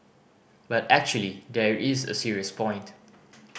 but actually there is a serious point